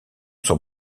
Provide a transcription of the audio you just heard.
son